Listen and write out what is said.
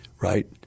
right